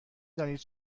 دانید